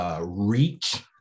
reach